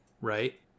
right